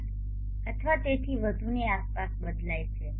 7 અથવા તેથી વધુની આસપાસ બદલાય છે